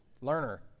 learner